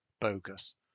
bogus